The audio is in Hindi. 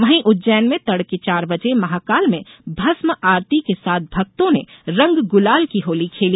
वहीं उज्जैन में तडके चार बजे महाकाल में भस्म आरती के साथ भक्तो ने रंग गुलाल की होली खेली